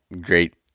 great